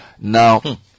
Now